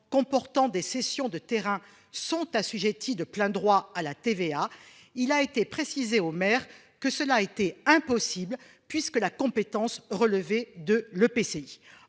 comportant des cessions de terrains sont assujettis de plein droit à la TVA. Il a été précisé au maire que cela a été impossible puisque la compétence relever de l'EPCI.